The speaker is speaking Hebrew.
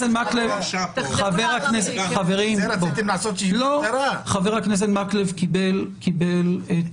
זה רציתם לעשות --- לא, חבר הכנסת מקלב קיבל את